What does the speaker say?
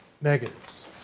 negatives